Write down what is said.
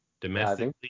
domestically